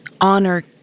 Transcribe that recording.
honor